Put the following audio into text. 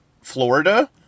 Florida